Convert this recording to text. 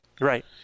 right